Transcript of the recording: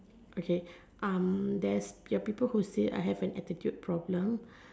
okay um there's there are people that say I have attitude problem